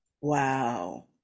Wow